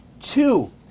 Two